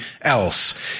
else